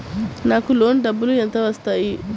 నాకు లోన్ డబ్బులు ఎంత వస్తాయి?